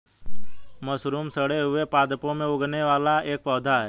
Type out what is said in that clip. mushroom सड़े हुए पादपों में उगने वाला एक पौधा है